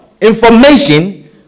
information